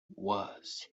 was